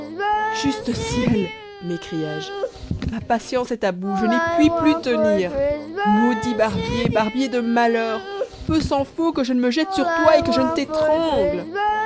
juste ciel m'écriaije ma patience est à bout je n'y puis plus tenir maudit barbier barbier de malheur peu s'en faut que je ne me jette sur toi et que je ne